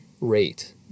rate